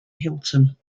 hilton